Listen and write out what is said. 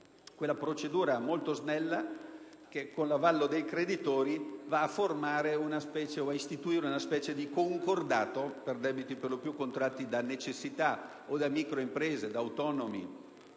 una procedura molto snella che, con l'avallo dei creditori, istituisce una sorta di concordato per debiti per lo più contratti per necessità o da microimprese o da autonomi